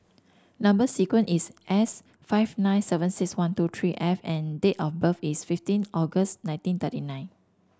number sequence is S five nine seven six one two three F and date of birth is fifteen August nineteen thirty nine